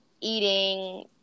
eating